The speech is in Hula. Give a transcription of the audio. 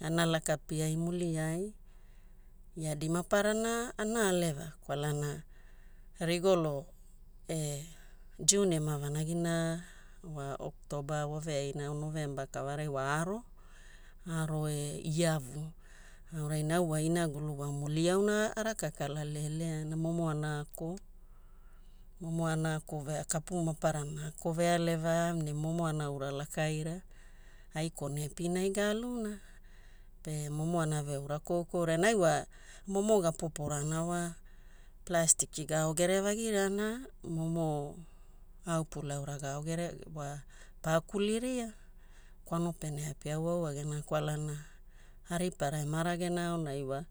Ana laka piai muliai yardi maparana ana aleva'a kwalana rigolo June ema vanagina wa October waveaina November kavarai wa aro, aro e iavu aurai ne au wa inagulu wa muli auna araka kala leleana momo ana ako, momo ana ako vea kapu maparana ana ako vealeva'a ne momo ana ura lakaira. Ai kone epinai ga'aluna pe momo anave ura koukouria ne aiwa momo ga poporana wa plastiki ga'ao gerevagirana momo aupu laura gao gere wa pa kuliria. Kwano pene api auaua gena kwalana aripara ema ragena aonai wa,